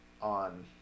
on